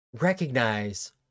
recognize